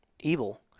Evil